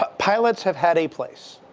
ah pilots have had a place.